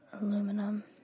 aluminum